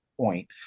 point